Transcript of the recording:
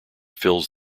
fills